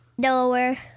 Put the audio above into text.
Delaware